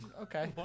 Okay